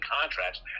contracts